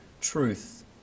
truth